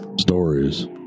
stories